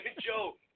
Joe